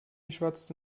schwatzte